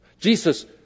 Jesus